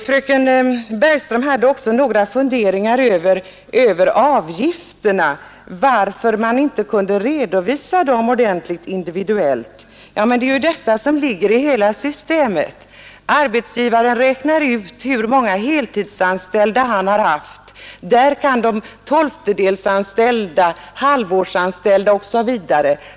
Fröken Bergström hade också några funderingar över avgifterna, varför man inte kunde redovisa dem ordentligt individuellt. Men det är ju detta som ligger i hela systemet. Arbetsgivaren räknar ut hur många heltidsanställda han har haft. Däri ingår också tolftedelsanställda, halvtidsanställda osv.